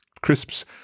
crisps